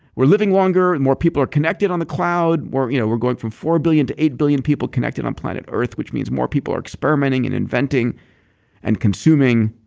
we're living longer and more people are connected on the cloud. we're you know we're going from four billion to eight billion people connected on planet earth, which means more people are experimenting and inventing and consuming.